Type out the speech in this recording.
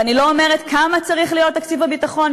ואני לא אומרת כמה צריך להיות תקציב הביטחון,